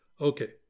Okay